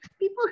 People